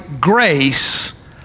grace